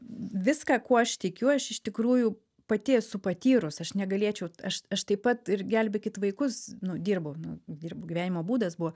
viską kuo aš tikiu aš iš tikrųjų pati esu patyrus aš negalėčiau aš aš taip pat ir gelbėkit vaikus nu dirbau nu dirbu gyvenimo būdas buvo